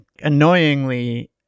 annoyingly